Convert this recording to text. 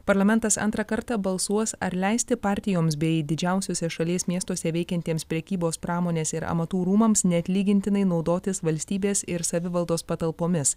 parlamentas antrą kartą balsuos ar leisti partijoms bei didžiausiuose šalies miestuose veikiantiems prekybos pramonės ir amatų rūmams neatlygintinai naudotis valstybės ir savivaldos patalpomis